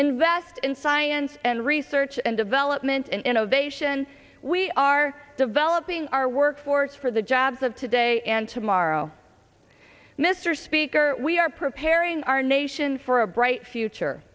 best in science and research and development and innovation we are developing our workforce for the jobs of today and tomorrow mr speaker we are preparing our nation for a bright future